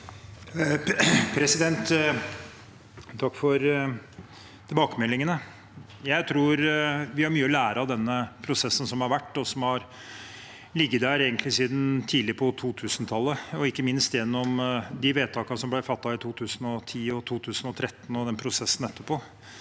Takk for tilbake- meldingene. Jeg tror vi har mye å lære av prosessen som har vært, og som egentlig har ligget der siden tidlig på 2000-tallet – ikke minst gjennom de vedtakene som ble fattet i 2010 og 2013, og prosessen etterpå,